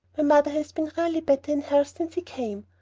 my mother has been really better in health since he came,